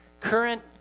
current